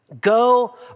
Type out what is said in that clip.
go